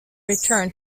return